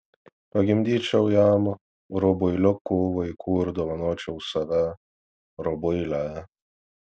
pagimdyčiau jam rubuiliukų vaikų ir dovanočiau save rubuilę